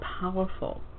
powerful